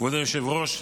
כבוד היושב-ראש,